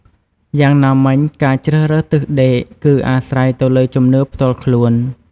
យ៉ាងណាមិញ ការជ្រើសរើសទិសដេកគឺអាស្រ័យទៅលើជំនឿផ្ទាល់ខ្លួន។